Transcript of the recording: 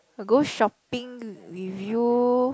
go shopping with you